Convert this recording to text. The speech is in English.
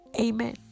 Amen